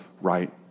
right